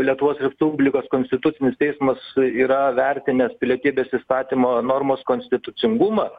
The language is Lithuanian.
lietuvos restublikos konstitucinis teismas yra vertinęs pilietybės įstatymo normos konstitucingumą